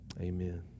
Amen